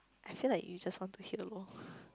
I feel like you just want to hit a low